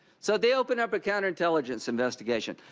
so they open up a counter intelligence investigation.